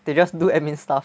they just do admin stuff